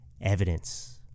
evidence